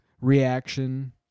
reaction